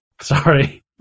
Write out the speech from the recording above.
Sorry